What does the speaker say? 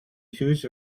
huge